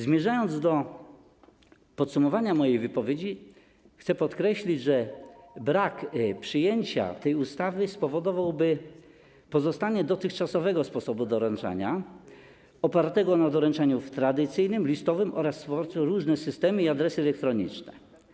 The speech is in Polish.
Zmierzając do podsumowania mojej wypowiedzi, chcę podkreślić, że brak uchwalenia tej ustawy spowodowałby pozostawienie dotychczasowego sposobu doręczania opartego na doręczaniu tradycyjnym, listowym oraz przy użyciu różnych systemów i adresów elektronicznych.